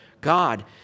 God